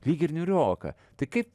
lyg ir niūroka tai kaip